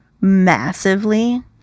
massively